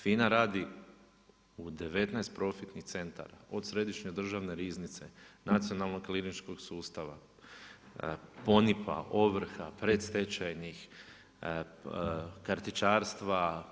FINA radi u 19 profitnih centara od Središnje državne riznice, nacionalnog kliničkog sustava, … ovrha, predstečajnih kartičarstva.